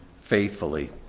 faithfully